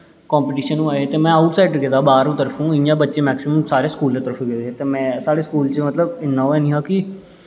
competition होए ते में अउट साईडर गेदा हा उद्धर इ'यां सारे मैकसिमम बच्चे स्कूल दी तरफों गेदे हे ते साढ़े स्कूल च इन्ना मतलब ओह् नेईं हा कि